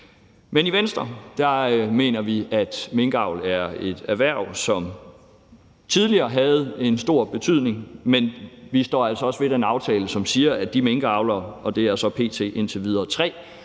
Men i Venstre mener vi, at minkavl er et erhverv, som tidligere havde en stor betydning. Men vi står altså også ved den aftale, som siger, at de minkavlere – og det er så indtil videre